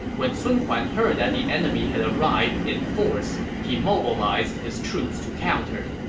when sun huan heard that the enemy had arrived in force, he mobilized his troops to counter.